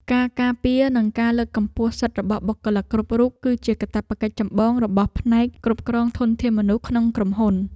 ការការពារនិងការលើកកម្ពស់សិទ្ធិរបស់បុគ្គលិកគ្រប់រូប គឺជាកាតព្វកិច្ចចម្បងរបស់ផ្នែកគ្រប់គ្រងធនធានមនុស្សក្នុងក្រុមហ៊ុន។